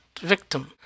victim